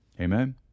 Amen